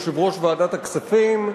יושב-ראש ועדת הכספים.